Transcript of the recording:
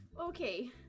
Okay